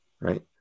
Right